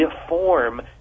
deform